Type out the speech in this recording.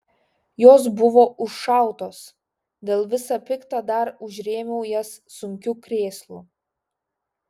jos buvo užšautos dėl visa pikta dar užrėmiau jas sunkiu krėslu